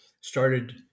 started